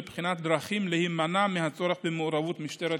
לבחינת דרכים להימנע מהצורך במעורבות משטרת